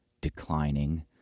declining